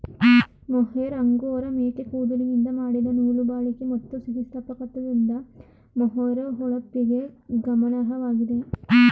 mohair angora ಮೇಕೆ ಕೂದಲಿಂದ ಮಾಡಿದ ನೂಲು ಬಾಳಿಕೆ ಮತ್ತು ಸ್ಥಿತಿಸ್ಥಾಪಕದಿಂದ ಮೊಹೇರ್ ಹೊಳಪಿಗೆ ಗಮನಾರ್ಹವಾಗಿದೆ